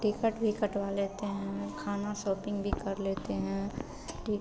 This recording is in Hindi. टिकट भी कटवा लेते हैं खाना शॉपिन्ग भी कर लेते हैं ठीक